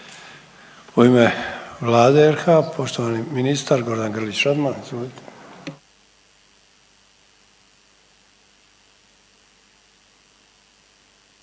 U ime Vlade RH, poštovani ministar Gordan Grlić Radman, izvolite.